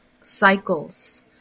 cycles